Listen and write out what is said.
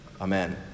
Amen